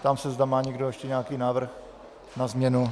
Ptám se, zda má někdo ještě nějaký návrh na změnu.